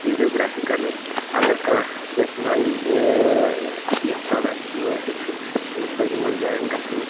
videography کَرنٕچۍ اگر کانٛہہ کیٛاہ چھِ وَنان ٲں یَژھان آسہِ ٲں ہیٚچھُن تٔمِس پَزِ یِمَن جایَن گَژھُن